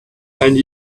and